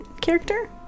character